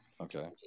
Okay